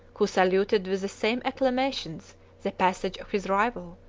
who saluted with the same acclamations the passage of his rival,